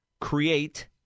create